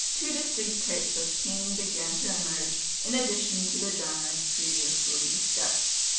two distinct types of painting began to emerge in addition to the genres previously discussed.